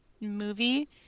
movie